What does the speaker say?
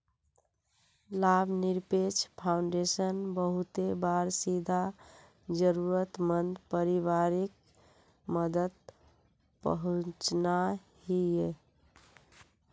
लाभ निरपेक्ष फाउंडेशन बहुते बार सीधा ज़रुरत मंद परिवारोक मदद पहुन्चाहिये